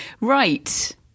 Right